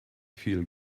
feel